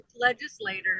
legislators